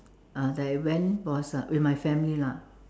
uh that I went was uh with my family lah